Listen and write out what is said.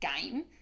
game